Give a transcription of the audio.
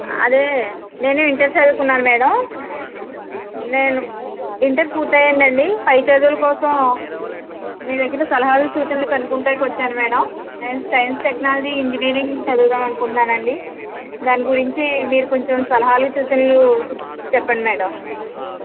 అదే నేను ఇంటర్ చదువుకున్నాను మేడం నేను ఇంటర్ పూర్తి అయిందండి పై చదువులకోసం మీ దగ్గర సలహాలు సూచనలు కనుక్కోడానికి వచ్చాను మేడం నేను సైన్స్ టెక్నాలజీ ఇంజనీరింగ్ చదువుదామని అనుకుంటున్నానండి దాని గురించి మీరు కొంచెం సలహాలు సూచనలు చెప్పండి మేడం